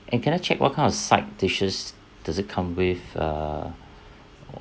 and can I check what kind of side dishes does it come with err